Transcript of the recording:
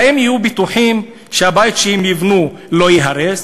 והאם יהיו בטוחים שהבית שהם יבנו לא ייהרס?